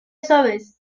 suaves